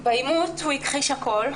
בעימות הוא הכחיש הכל,